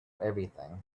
everything